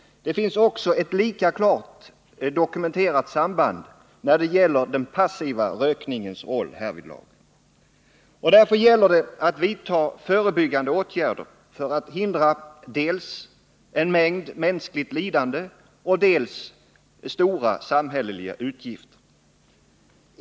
Det finns också ett lika klart dokumenterat samband när det gäller den passiva rökningens roll härvidlag. Därför gäller det att vidta förebyggande åtgärder för att förhindra dels en mängd mänskligt lidande, dels stora samhälleliga utgifter.